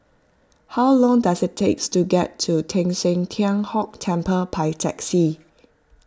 how long does it take to get to Teng San Tian Hock Temple by taxi